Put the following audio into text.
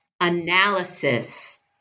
analysis